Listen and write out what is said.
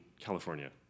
California